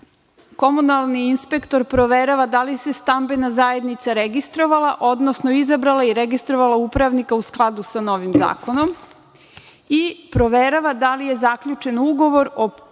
Komunalni inspektor proverava da li se stambena zajednica registrovala, odnosno izabrala i registrovala upravnika u skladu sa novim zakonom i proverava da li je zaključen ugovor o poveravanju